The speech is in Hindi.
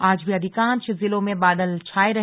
आज भी अधिकांश जिलों में बादल छाये रहे